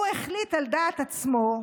הוא החליט על דעת עצמו,